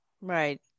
Right